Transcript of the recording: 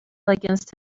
against